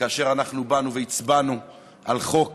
כאשר אנחנו הצבענו על חוק